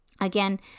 Again